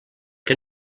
que